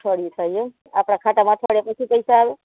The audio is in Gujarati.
અઠવાડિયું થાય એમ આપણાં ખાતામાં અઠવાડિયા પછી પૈસા આવે